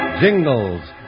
Jingles